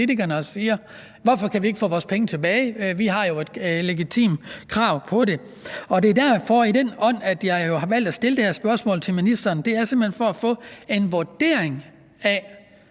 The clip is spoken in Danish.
og siger: Hvorfor kan vi ikke få vores penge tilbage, for vi har jo et legitimt krav på det? Det er derfor, jeg har valgt at stille det her spørgsmål til ministeren, altså simpelt hen for at få en vurdering af,